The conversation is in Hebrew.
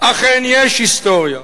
אכן יש היסטוריה,